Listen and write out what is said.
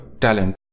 talent